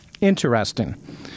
Interesting